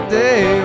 day